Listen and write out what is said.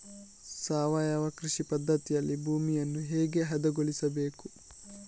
ಸಾವಯವ ಕೃಷಿ ಪದ್ಧತಿಯಲ್ಲಿ ಭೂಮಿಯನ್ನು ಹೇಗೆ ಹದಗೊಳಿಸಬೇಕು?